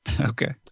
Okay